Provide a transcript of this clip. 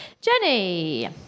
Jenny